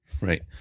Right